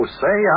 say